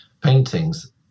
paintings